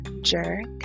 Jerk